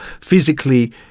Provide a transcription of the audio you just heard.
physically